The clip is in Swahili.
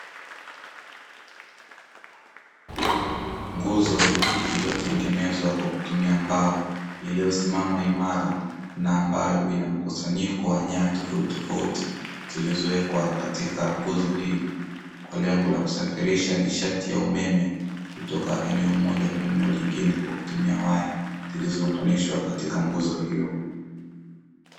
Nguzo iliyotengenezwa kwa kutumia mbao iliyosimama imara na ambayo inamkusanyiko wa nyaya tofauti tofauti, zilizowekwa katika nguzo hii kwa lengo la kusafirisha nishati ya umeme kutoka eneo moja kwenda lingine kwa kutumia waya zilizounganishwa katika nguzo hiyo.